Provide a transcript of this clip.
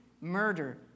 murder